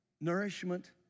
nourishment